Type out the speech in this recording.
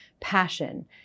passion